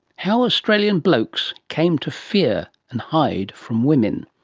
how australian blokes came to fear and hide from women.